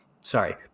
sorry